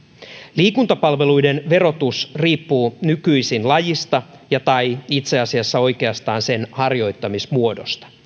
liikuntapalveluiden verotus riippuu nykyisin lajista tai itse asiassa oikeastaan sen harjoittamismuodosta